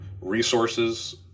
resources